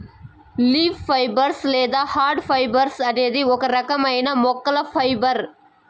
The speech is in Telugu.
లీఫ్ ఫైబర్స్ లేదా హార్డ్ ఫైబర్స్ అనేది ఒక రకమైన మొక్కల ఫైబర్